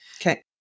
Okay